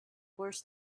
worse